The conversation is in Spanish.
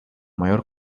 mayor